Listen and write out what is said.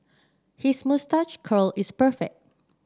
his moustache curl is perfect